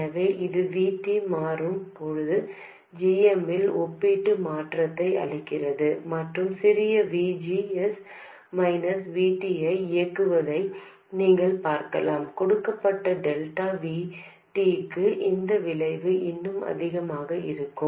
எனவே இது V T மாறும் போது g m இல் ஒப்பீட்டு மாற்றத்தை அளிக்கிறது மற்றும் சிறிய V G S minus V T ஐ இயக்குவதை நீங்கள் பார்க்கலாம் கொடுக்கப்பட்ட டெல்டா V Tக்கு இந்த விளைவு இன்னும் அதிகமாக இருக்கும்